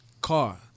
car